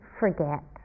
forget